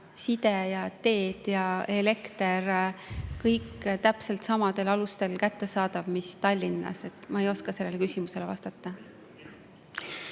side, teed ja elekter, kõik täpselt samadel alustel, mis Tallinnas. Ma ei oska sellele küsimusele vastata.